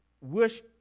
Wish